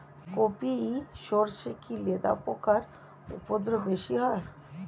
কোপ ই সরষে কি লেদা পোকার উপদ্রব বেশি হয়?